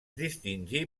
distingí